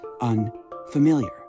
unfamiliar